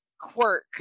quirk